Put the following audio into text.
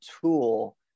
tool